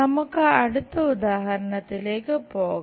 നമുക്ക് അടുത്ത ഉദാഹരണത്തിലേക്ക് പോകാം